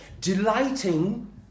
delighting